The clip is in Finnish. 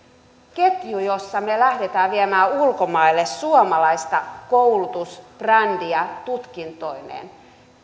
ketjun jossa me lähdemme viemään ulkomaille suomalaista koulutusbrändiä tutkintoineen